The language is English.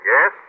Yes